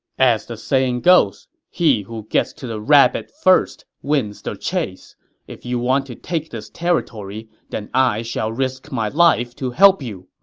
as the saying goes, he who gets to the rabbit first wins the chase if you want to take this territory, then i shall risk my life to help you.